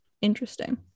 interesting